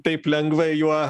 taip lengvai juo